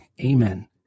Amen